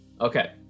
Okay